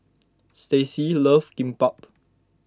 Staci loves Kimbap